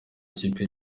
ikipe